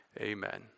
amen